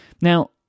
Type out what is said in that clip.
Now